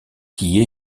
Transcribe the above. qui